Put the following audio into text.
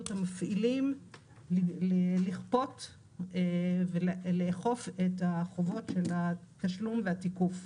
המפעילים לכפות ולאכוף את החובות של התשלום והתיקוף.